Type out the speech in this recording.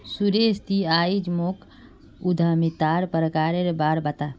सुरेश ती आइज मोक उद्यमितार प्रकारेर बा र बता